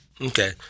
Okay